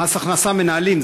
מס הכנסה מנהלים,